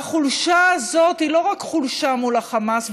והחולשה הזאת היא לא רק חולשה מול החמאס,